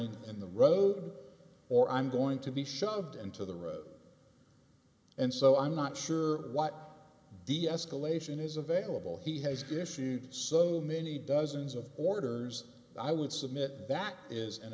grappling in the road or i'm going to be shoved into the road and so i'm not sure what deescalation is available he has been issued so many dozens of orders i would submit that is an